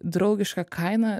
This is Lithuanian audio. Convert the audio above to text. draugiška kaina